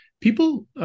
people